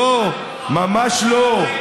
לא, ממש לא,